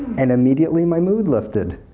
and immediately my mood lifted,